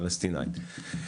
הפלסטינית.